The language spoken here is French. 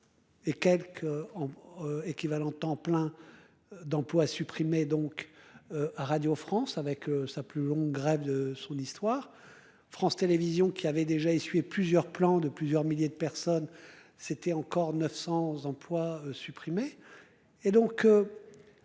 Et quelques en. Équivalent temps plein. D'emplois supprimés donc. À Radio France avec sa plus longue grève de son histoire. France Télévisions, qui avait déjà essuyé plusieurs plans de plusieurs milliers de personnes, c'était encore 900 emplois supprimés